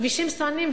כבישים סואנים,